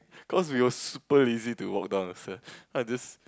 cause we were super lazy to walk down the stairs so I just